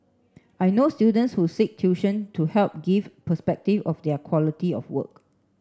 I know students who seek tuition to help give perspective of their quality of work